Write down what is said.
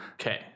Okay